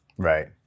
Right